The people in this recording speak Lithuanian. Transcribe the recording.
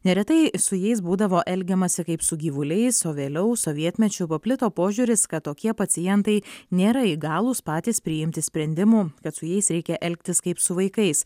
neretai su jais būdavo elgiamasi kaip su gyvuliais o vėliau sovietmečiu paplito požiūris kad tokie pacientai nėra įgalūs patys priimti sprendimų kad su jais reikia elgtis kaip su vaikais